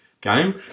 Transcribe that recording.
game